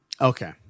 Okay